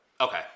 okay